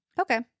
Okay